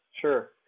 sure